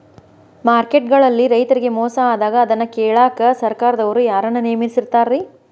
Market ಗಳಲ್ಲಿ ರೈತರಿಗೆ ಮೋಸ ಆದಾಗ ಅದನ್ನ ಕೇಳಾಕ್ ಸರಕಾರದವರು ಯಾರನ್ನಾ ನೇಮಿಸಿರ್ತಾರಿ?